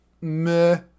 meh